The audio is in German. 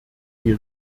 die